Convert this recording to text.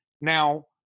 Now